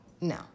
No